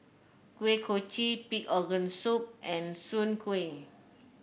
Kuih Kochi Pig Organ Soup and Soon Kueh